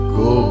go